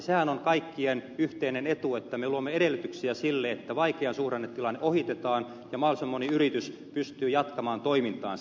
sehän on kaikkien yhteinen etu että me luomme edellytyksiä sille että vaikea suhdannetilanne ohitetaan ja mahdollisimman moni yritys pystyy jatkamaan toimintaansa